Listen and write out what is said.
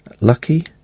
Lucky